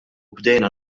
bdejna